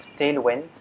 tailwind